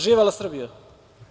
Živela Srbija!